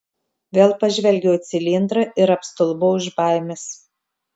vėl pažvelgiau į cilindrą ir apstulbau iš baimės